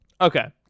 Okay